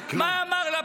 מה?